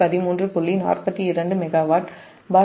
42 megawatt face